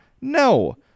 No